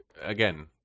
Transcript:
again